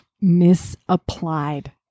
misapplied